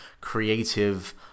creative